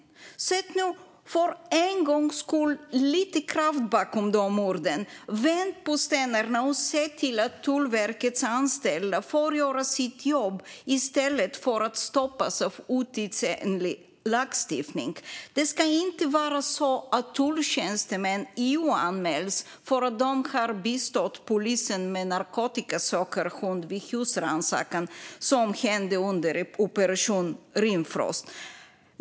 Sätt nu för en gångs skull lite kraft bakom orden! Vänd på stenarna och se till att Tullverkets anställda får göra sitt jobb i stället för att stoppas av otidsenlig lagstiftning! Det ska inte vara så att tulltjänstemän JO-anmäls för att de har bistått polisen med narkotikasökarhund vid husrannsakan, som hände under operation Rimfrost.